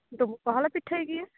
ᱰᱩᱸᱵᱩᱜ ᱠᱚᱦᱚᱸᱞᱮ ᱯᱤᱴᱷᱟᱹᱭ ᱜᱮᱭᱟ